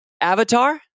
Avatar